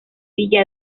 villa